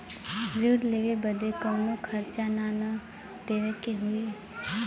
ऋण लेवे बदे कउनो खर्चा ना न देवे के होई?